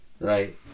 Right